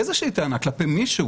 איזושהי טענה כלפי מישהו